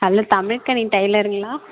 hello Tamilkani டைலருங்களா